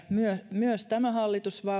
myös tämä hallitus